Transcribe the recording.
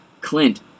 Clint